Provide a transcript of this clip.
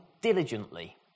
diligently